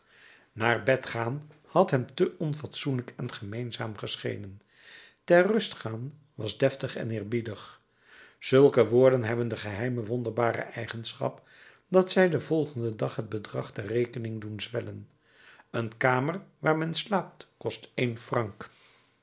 naar bed gaan had hem te onfatsoenlijk en gemeenzaam geschenen ter rust gaan was deftig en eerbiedig zulke woorden hebben de geheime wonderbare eigenschap dat zij den volgenden dag het bedrag der rekening doen zwellen een kamer waar men slaapt kost een franc